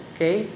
Okay